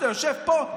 שאתה יושב פה,